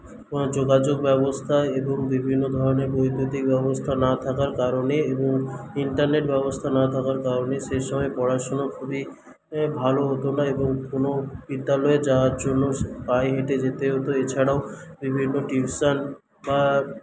কোন যোগাযোগ ব্যবস্থা এবং বিভিন্ন ধরনের বৈদ্যুতিক ব্যবস্থা না থাকার কারণে এবং ইন্টারনেট ব্যবস্থা না থাকার কারণে সেই সময়ে পড়াশুনা খুবই ভালো হত না এবং কোন বিদ্যালয়ে যাওয়ার জন্য পায়ে হেঁটে যেতে হত এছাড়াও বিভিন্ন টিউশন বা